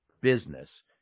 business